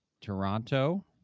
Toronto